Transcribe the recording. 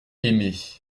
aimez